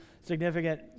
significant